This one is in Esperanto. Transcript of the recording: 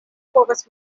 povas